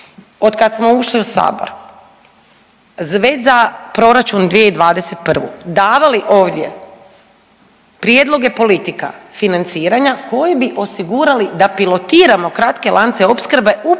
od kad smo ušli u sabor već za proračun 2021. davali ovdje prijedloge politika financiranja koji bi osigurali da pilotiramo kratke lance opskrbe upravo na